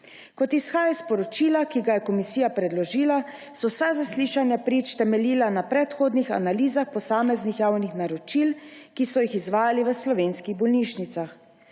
Kot izhaja iz poročila, ki ga je komisija predložila, so vsa zaslišanja prič temeljila na predhodnih analizah posameznih javnih naročil, ki so jih izvajali v slovenskih bolnišnicah.